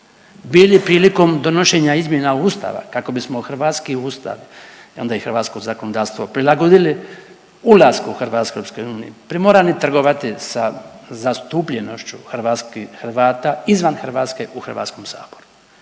Bi li prilikom donošenja izmjena Ustava kako bismo hrvatski Ustav, onda i hrvatsko zakonodavstvo prilagodili ulasku Hrvatske u EU primorani trgovati sa zastupljenošću hrvatskih Hrvata izvan Hrvatske u Hrvatskom saboru.